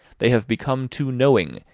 they have become too knowing,